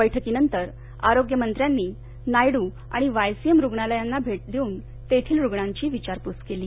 बक्रीनंतर आरोग्य मंत्र्यांनी नायडू आणि वाय सी एम रुग्णालयाला भेट देऊन तेथील रुग्णांची विचारपूस केली